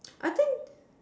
I think